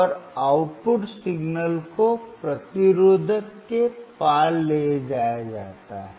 और output signal को प्रतिरोधक के पार ले जाया जाता है